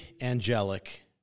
angelic